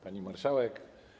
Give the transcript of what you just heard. Pani Marszałek!